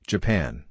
Japan